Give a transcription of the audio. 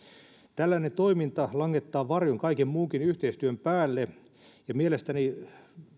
tällainen toiminta langettaa varjon kaiken muunkin yhteistyön päälle ja mielestäni